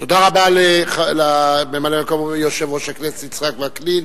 תודה רבה לממלא-מקום יושב-ראש הכנסת יצחק וקנין.